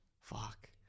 Fuck